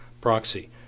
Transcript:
proxy